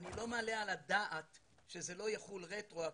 אני לא מעלה על הדעת שזה לא יחול רטרו-אקטיבי